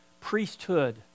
priesthood